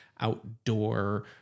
outdoor